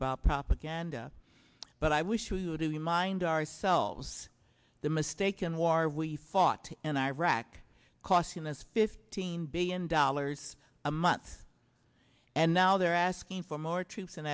about propaganda but i wish we would remind ourselves the mistaken war we fought in iraq costs us fifteen billion dollars a month and now they're asking for more troops in